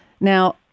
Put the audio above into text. Now